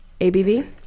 ABV